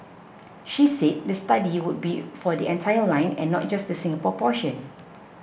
she said the study would be for the entire line and not just the Singapore portion